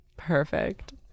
perfect